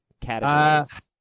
Categories